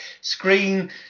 screen